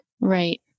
Right